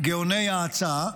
גאוני ההצעה?